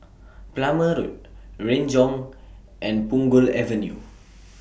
Plumer Road Renjong and Punggol Avenue